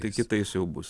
tai kitais jau bus